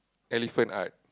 elephant art